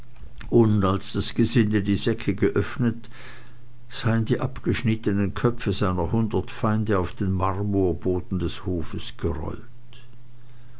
und als das gesinde die säcke geöffnet seien die abgeschnittenen köpfe seiner hundert feinde auf den marmorboden des hofes gerollt